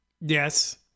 Yes